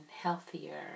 healthier